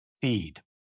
feed